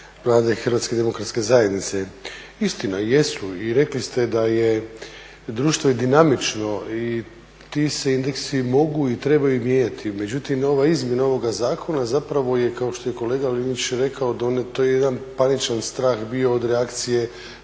Hrvatske demokratske zajednice. Istina i jesu i rekli ste da je društvo dinamično i ti se indeksi mogu i trebaju mijenjati. Međutim ova izmjena ovoga zakona zapravo je kao što je i kolega Linić rekao to je jedan paničan strah bio od reakcije